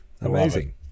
Amazing